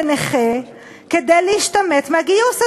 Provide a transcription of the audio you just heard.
לנכה, כדי להשתמט מהגיוס הזה.